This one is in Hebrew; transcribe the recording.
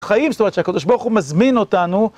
חיים, זאת אומרת, שהקדוש ברוך הוא הוא מזמין אותנו.